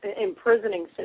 imprisoning